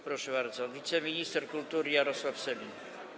Proszę bardzo, wiceminister kultury Jarosław Sellin.